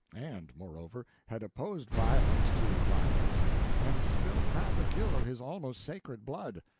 and, moreover, had opposed violence to violence and spilt half a gill of his almost sacred blood.